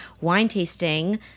wine-tasting